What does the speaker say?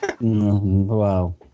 Wow